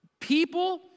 people